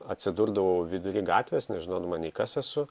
atsidurdavau vidury gatvės nežinodama nei kas esu